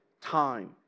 time